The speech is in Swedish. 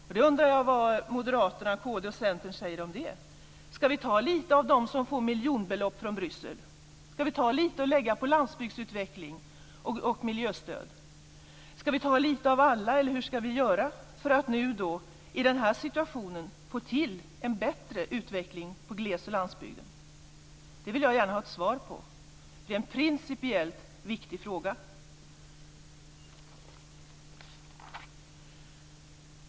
Jag undrar vad Moderaterna, kd och Centern säger om det. Ska vi ta lite av dem som får miljonbelopp från Bryssel? Ska vi ta lite och lägga på landsbygdsutveckling och miljöstöd? Ska vi ta lite av alla eller hur ska vi göra för att i den här situationen få till en bättre utveckling på gles och landsbygden. Det vill jag gärna ha ett svar på, för det är en principiellt viktig fråga.